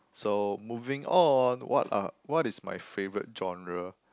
so moving on what are what is my favourite genre